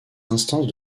instances